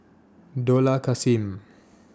Dollah Kassim